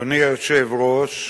אדוני היושב-ראש,